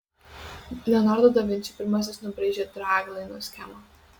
leonardo da vinči pirmasis nubraižė draglaino schemą